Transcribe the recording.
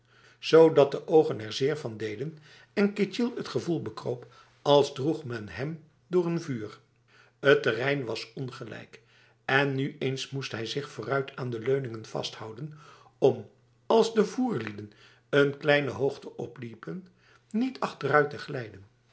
zodat de ogen er zeer van deden en ketjil het gevoel bekroop als droeg men hem door n vuur het terrein was ongelijk en nu eens moest hij zich vooruit aan de leuningen vasthouden om als de voerlieden een kleine hoogte opliepen niet achteruit